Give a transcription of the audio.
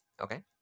Okay